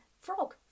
frog